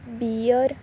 bear